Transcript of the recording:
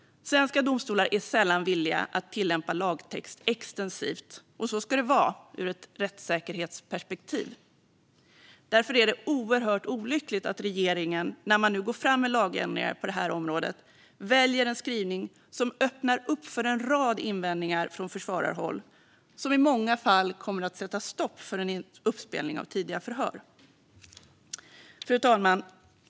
Svenska domstolar är sällan villiga att tillämpa lagtext extensivt, och så ska det vara ur ett rättssäkerhetsperspektiv. Därför är det oerhört olyckligt att regeringen, när man nu går fram med lagändringar på detta område, väljer en skrivning som öppnar upp för en rad invändningar från försvararhåll, som i många fall kommer att sätta stopp för en uppspelning av tidiga förhör. Fru talman!